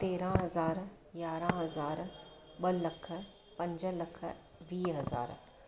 तेरहं हज़ार यारा हज़ार ॿ लख पंज लख वीह हज़ार